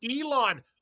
Elon